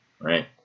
Right